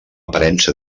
aparença